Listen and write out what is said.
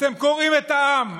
אתם קורעים את העם.